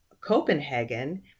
Copenhagen